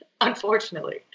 unfortunately